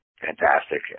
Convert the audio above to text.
Fantastic